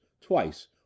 twice